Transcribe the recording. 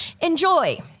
enjoy